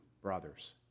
brothers